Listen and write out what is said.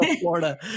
Florida